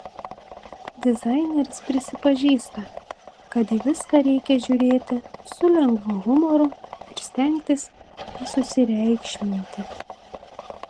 dizaineris prisipažįsta kad į viską reikia žiūrėti su lengvu humoru ir stengtis nesusireikšminti